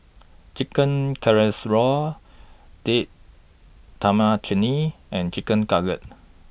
Chicken Casserole Date Tamarind Chutney and Chicken Cutlet